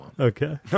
Okay